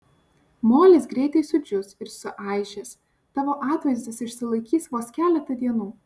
molis greitai sudžius ir suaižęs tavo atvaizdas išsilaikys vos keletą dienų